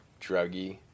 druggy